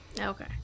Okay